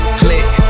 click